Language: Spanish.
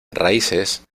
raíces